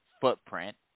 footprint